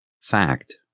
Fact